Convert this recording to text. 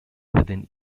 within